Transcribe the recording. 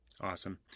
Awesome